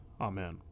amen